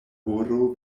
horo